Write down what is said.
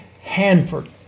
Hanford